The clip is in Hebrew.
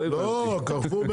לא קרפור.